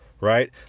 right